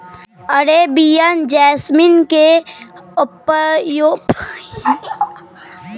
Arabian jasmine के पउपयोग इत्र बनावे ला भी कइल जाहई